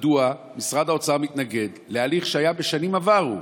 מדוע משרד האוצר מתנגד להליך שהיה בשנים עברו,